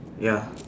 ya